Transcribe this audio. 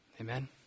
Amen